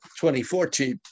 2014